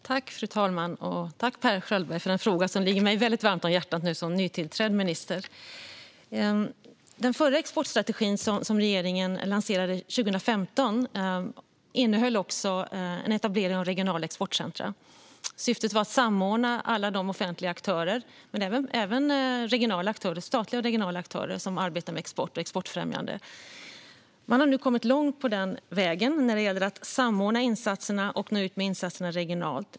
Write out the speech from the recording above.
Fru talman! Tack för en fråga som ligger mig som nytillträdd minister väldigt varmt om hjärtat, Per Schöldberg! Den förra exportstrategin, som regeringen lanserade 2015, innehöll en etablering av regionala exportcentrum. Syftet var att samordna alla de offentliga aktörer - statliga och regionala - som arbetar med export och exportfrämjande. Man har kommit långt på vägen när det gäller att samordna insatserna och nå ut med dem regionalt.